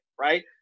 right